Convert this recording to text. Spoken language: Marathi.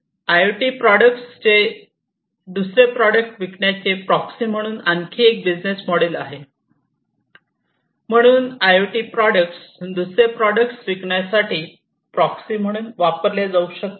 आय ओ टी प्रॉडक्ट्स् दुसरे प्रॉडक्ट्स् विकण्याचे प्रॉक्सी म्हणून आणखी एक प्रकारचे बिझनेस मॉडेल आहे म्हणून आयओटी प्रॉडक्ट्स् दुसरे प्रॉडक्ट्स् विकण्यासाठी प्रॉक्सी म्हणून वापरल्या जाऊ शकतात